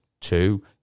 two